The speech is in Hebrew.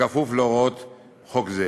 כפוף להוראות חוק זה".